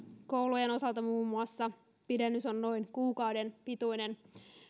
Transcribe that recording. muun muassa koulujen osalta pidennys on noin kuukauden pituinen